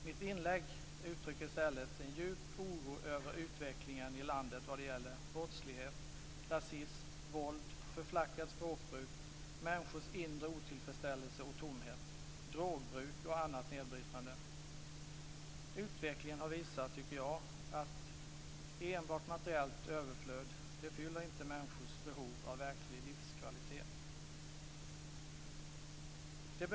Mitt inlägg uttrycker i stället en djup oro över utvecklingen i landet vad gäller brottslighet, rasism, våld, förflackat språkbruk, människors inre otillfredsställelse och tomhet, drogbruk och annat nedbrytande. Utvecklingen har visat att enbart materiellt överflöd inte fyller människors behov av verklig livskvalitet.